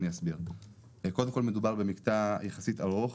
מדובר במקטע יחסית ארוך,